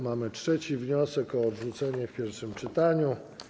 Mamy trzeci wniosek o odrzucenie w pierwszym czytaniu.